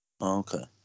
Okay